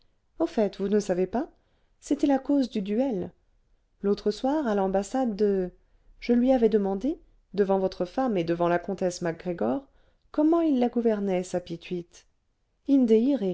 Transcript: au fait vous ne savez pas c'était la cause du duel l'autre soir à l'ambassade de je lui avais demandé devant votre femme et devant la comtesse mac gregor comme il la gouvernait sa pituite inde